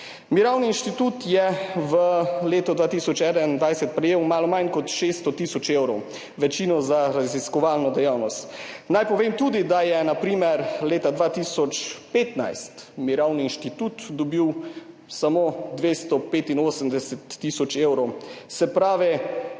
Mirovni inštitut je v letu 2021 prejel malo manj kot 600 tisoč evrov, večino za raziskovalno dejavnost. Naj povem tudi, da je na primer leta 2015 Mirovni inštitut dobil samo 285 tisoč evrov,